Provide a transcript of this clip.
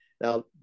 Now